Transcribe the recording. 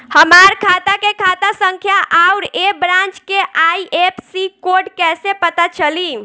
हमार खाता के खाता संख्या आउर ए ब्रांच के आई.एफ.एस.सी कोड कैसे पता चली?